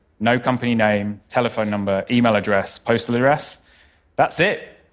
no company name, telephone number, email address, postal address that's it,